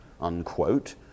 unquote